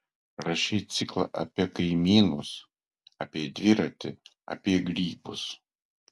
rašei ciklą apie kaimynus apie dviratį apie grybus